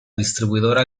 distribuidora